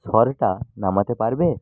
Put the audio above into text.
স্বরটা নামাতে পারবে